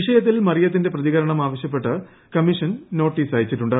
വിഷയത്തിൽ മറിയത്തിന്റെ പ്രതികരണം ആവശ്യപ്പെട്ട് കമ്മീഷൻ നോട്ടീസയച്ചിട്ടുണ്ട്